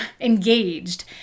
engaged